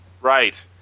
Right